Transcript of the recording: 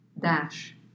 dash